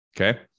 okay